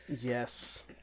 Yes